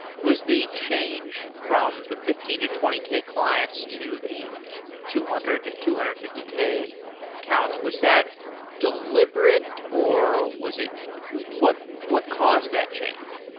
was the change from the fifteen to twenty k clients, to the two hundred, two hundred and fifty k counts, was that deliberate or was it what what caused that change?